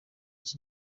iki